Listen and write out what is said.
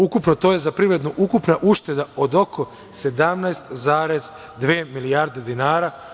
Ukupno to je za privredu, ukupna ušteda od oko 17,2 milijarde dinara.